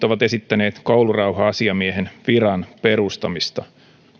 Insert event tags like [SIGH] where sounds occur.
[UNINTELLIGIBLE] ovat esittäneet koulurauha asiamiehen viran perustamista